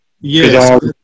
Yes